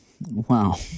wow